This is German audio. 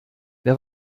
wer